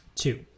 Two